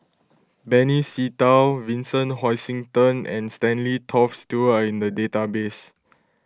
Benny Se Teo Vincent Hoisington and Stanley Toft Stewart are in the database